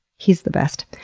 he's the best.